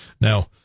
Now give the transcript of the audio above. Now